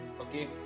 Okay